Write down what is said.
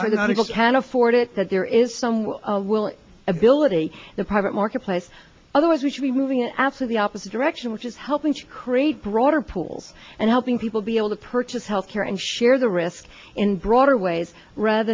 sure that article can afford it that there is some will ability the private marketplace otherwise we should be moving after the opposite direction which is helping to create broader pools and helping people be able to purchase health care and share the risk in broader ways rather